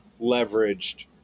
leveraged